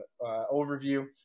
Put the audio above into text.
overview